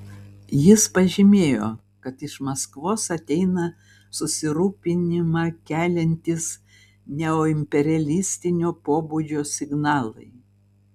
jis pažymėjo kad iš maskvos ateina susirūpinimą keliantys neoimperialistinio pobūdžio signalai